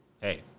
hey